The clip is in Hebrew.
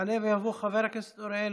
יעלה ויבוא חבר הכנסת אוריאל